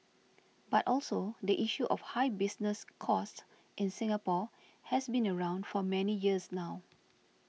but also the issue of high business costs in Singapore has been around for many years now